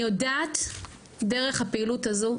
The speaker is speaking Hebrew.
אני יודעת דרך הפעילות הזו,